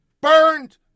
burned